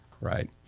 right